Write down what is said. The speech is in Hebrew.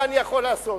מה אני יכול לעשות.